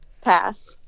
Pass